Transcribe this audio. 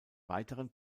weiteren